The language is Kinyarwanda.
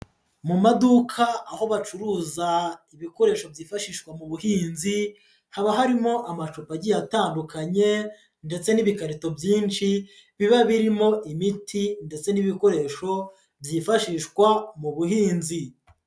Mu maduka aho bacuruza ibikoresho byifashishwa mu buhinzi, haba harimo amacupa agiye atandukanye ndetse n'ibikarito byinshi biba birimo imiti ndetse n'ibikoresho byifashishwa mu buhinzi.